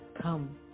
Come